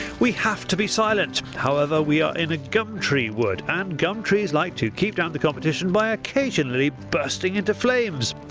we have to be silent. however, we are in a gumtree wood, and gumtrees like to keep down the competition by occasionally bursting into flames.